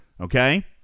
Okay